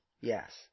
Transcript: Yes